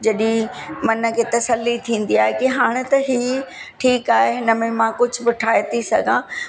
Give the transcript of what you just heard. जॾहिं मन खे तसली थींदी आहे कि हाणे त हीउ ठीकु आहे हिन में मां कुझु बि ठाहे थी सघां